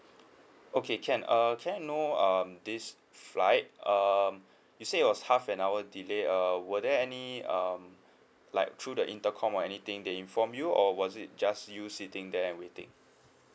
okay can err can I know um this flight um you said it was half an hour delay err were there any um like through the intercom or anything they inform you or was it just you sitting there and wait it